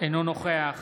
אינו נוכח